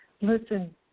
Listen